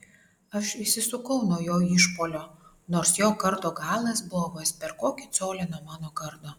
aš išsisukau nuo jo išpuolio nors jo kardo galas buvo vos per kokį colį nuo mano kardo